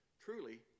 truly